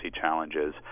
challenges